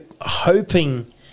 hoping